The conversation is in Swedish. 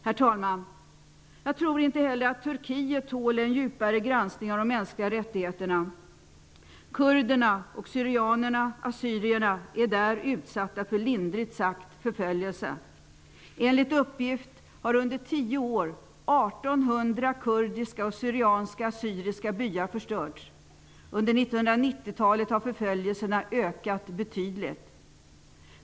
Herr talman! Jag tror inte heller att Turkiet tål en djupare granskning av de mänskliga rättigheterna. Kurderna och syrianerna assyriska byar förstörts. Under 1990-talet har förföljelserna ökat betydligt.